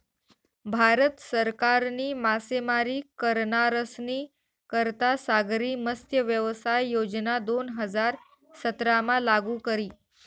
भारत सरकारनी मासेमारी करनारस्नी करता सागरी मत्स्यव्यवसाय योजना दोन हजार सतरामा लागू करी